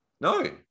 No